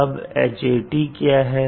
अब Hat क्या है